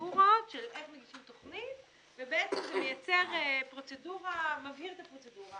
בפרוצדורות של איך מגישים תכנית ובעצם זה מבהיר את הפרוצדורה.